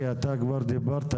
כי אתה כבר דיברת,